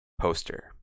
poster